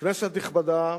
כנסת נכבדה,